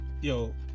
Yo